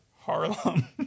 Harlem